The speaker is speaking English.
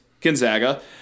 Gonzaga